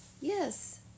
Yes